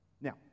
Now